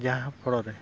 ᱡᱟᱦᱟᱸ ᱯᱷᱚᱲᱚᱨᱮ